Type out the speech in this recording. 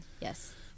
Yes